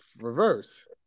reverse